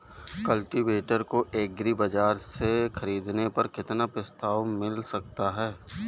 Cultivator को agri बाजार से ख़रीदने पर कितना प्रस्ताव मिल सकता है?